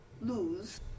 lose